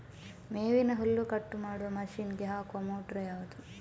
ಮೇವಿನ ಹುಲ್ಲು ಕಟ್ ಮಾಡುವ ಮಷೀನ್ ಗೆ ಹಾಕುವ ಮೋಟ್ರು ಯಾವುದು?